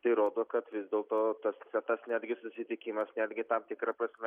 tai rodo kad vis dėlto tas tas netgi susitikimas netgi tam tikra prasme